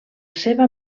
seva